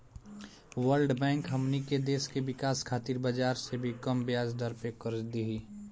world Bank हमनी के देश के विकाश खातिर बाजार से भी कम ब्याज दर पे कर्ज दिही